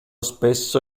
spesso